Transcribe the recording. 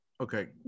Okay